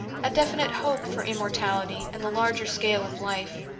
a definite hope for immortality and the larger scale of life.